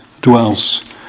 dwells